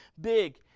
big